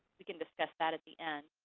we can discuss that at the end.